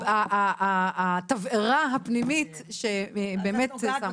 שהתבערה הפנימית שבאמת שמה אותנו.